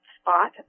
spot